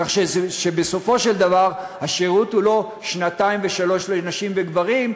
כך שבסופו של דבר השירות הוא לא שנתיים ושלוש לנשים וגברים,